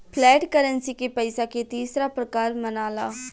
flat currency के पइसा के तीसरा प्रकार मनाला